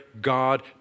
God